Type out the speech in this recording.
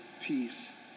peace